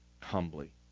humbly